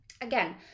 again